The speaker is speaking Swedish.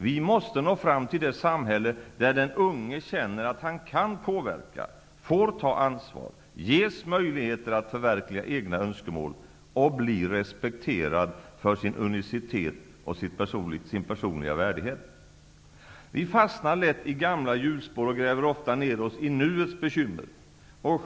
Vi måste nå fram till det samhälle där den unge känner att han kan påverka, får ta ansvar, ges möjligheter att förverkliga egna önskemål och blir respekterad för sin unicitet och sin personliga värdighet. Vi fastnar lätt i gamla hjulspår och gräver ofta ner oss i nuets bekymmer.